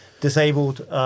disabled